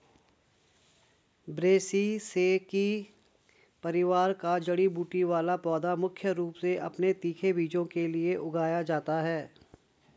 ब्रैसिसेकी परिवार का जड़ी बूटी वाला पौधा मुख्य रूप से अपने तीखे बीजों के लिए उगाया जाता है